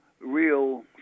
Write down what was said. real